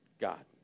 God